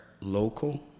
local